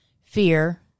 fear